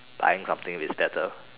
buying something if it is better